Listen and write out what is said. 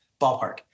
ballpark